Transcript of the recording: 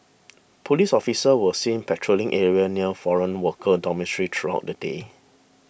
police officers were seen patrolling areas near foreign worker dormitories throughout the day